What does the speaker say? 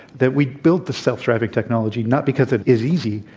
that we built the self-driving technology not because it is easy,